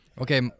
Okay